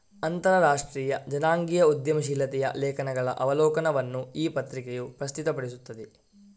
ಅಂತರರಾಷ್ಟ್ರೀಯ ಜನಾಂಗೀಯ ಉದ್ಯಮಶೀಲತೆಯ ಲೇಖನಗಳ ಅವಲೋಕನವನ್ನು ಈ ಪತ್ರಿಕೆಯು ಪ್ರಸ್ತುತಪಡಿಸುತ್ತದೆ